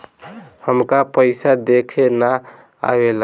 हमका पइसा देखे ना आवेला?